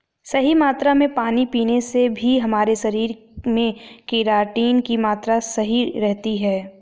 सही मात्रा में पानी पीने से भी हमारे शरीर में केराटिन की मात्रा सही रहती है